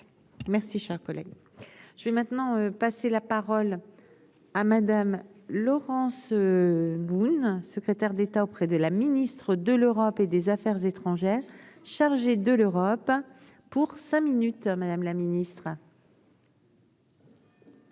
merci, cher collègue. Je vais maintenant passer la parole à Madame Laurence Boone, secrétaire d'État auprès de la ministre de l'Europe et des Affaires étrangères, chargé de l'Europe pour cinq minutes, Madame la Ministre.